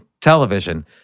television